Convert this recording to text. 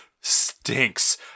stinks